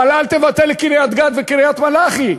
אבל אל תבטל את קריית-גת וקריית מלאכי.